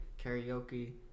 karaoke